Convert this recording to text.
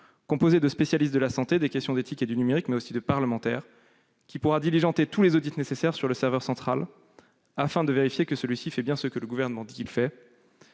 de spécialistes de la santé, des questions d'éthique et du numérique, mais aussi de parlementaires. Ce comité pourra diligenter tous les audits nécessaires sur le serveur central, afin de vérifier que celui-ci fait bien ce que le Gouvernement dit qu'il fait,